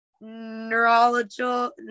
neurological